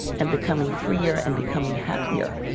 and becoming freer and becoming happier.